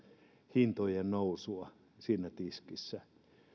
hintojen nousua siinä tiskissä